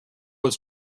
was